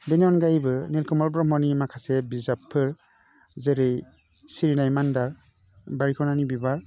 बेनि अनगायैबो निलकमल ब्रह्मनि माखासे बिजाबफोर जेरै सिरिनाय मान्दार बारि खनानि बिबार